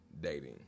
dating